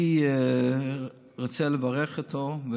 אני רוצה לברך אותו.